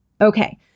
Okay